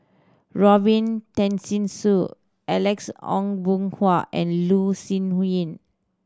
Robin Tessensohn Alex Ong Boon Hau and Loh Sin Yun